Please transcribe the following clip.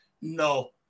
No